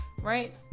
right